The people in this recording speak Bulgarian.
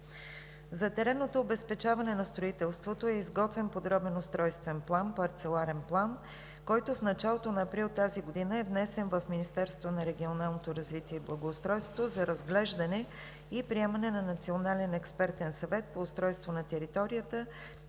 За теренното обезпечаване на строителството е изготвен подробен устройствен план – парцеларен план, който в началото на април тази година е внесен в Министерството на регионалното развитие и благоустройството за разглеждане и приемане на Национален експертен съвет по устройство на територията